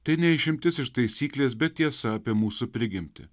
tai ne išimtis iš taisyklės bet tiesa apie mūsų prigimtį